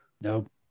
Nope